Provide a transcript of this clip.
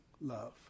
love